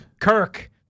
Kirk